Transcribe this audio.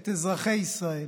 את אזרחי ישראל.